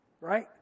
Right